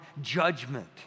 judgment